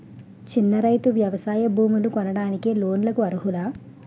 చిన్న రైతులు వ్యవసాయ భూములు కొనడానికి లోన్ లకు అర్హులా?